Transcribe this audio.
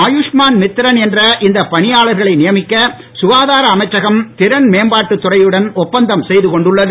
ஆயுஷ்மான் மித்ரன் என்ற இந்த பணியாளர்களை நியமிக்க ககாதார அமைச்சகம் திறன்மேம்பாட்டுத் துறையுடன் ஒப்பந்தம் செய்து கொண்டுள்ளது